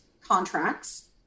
contracts